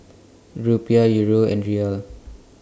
Rupiah Euro and Riyal